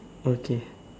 okay